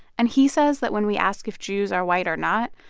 and he says that when we ask if jews are white or not,